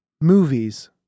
movies